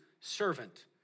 servant